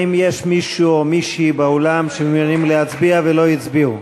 האם יש מישהו או מישהי באולם שמעוניינים להצביע ולא הצביעו?